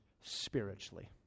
spiritually